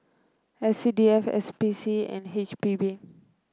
S C D F S P C and H P B